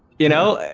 you know,